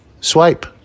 swipe